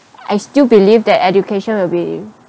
I still believe that education will be